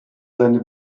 seine